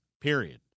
period